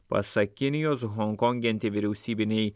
pasak kinijos honkonge anti vyriausybiniai